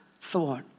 thought